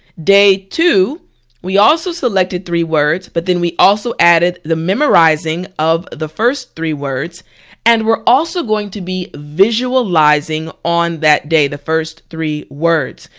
day two we also selected three words but then we also added the memorizing of the first three words and we're also going to be visualizing on that day the first three words.